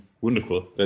Wonderful